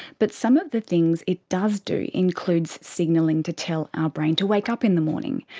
but some of the things it does do includes signalling to tell our brain to wake up in the morning.